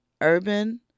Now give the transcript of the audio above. urban